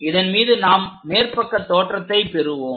இதன் மீது நாம் மேற்பக்க தோற்றத்தை பெறுவோம்